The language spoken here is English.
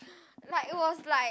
like was like